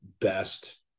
best